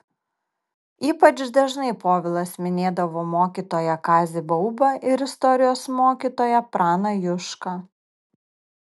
ypač dažnai povilas minėdavo mokytoją kazį baubą ir istorijos mokytoją praną jušką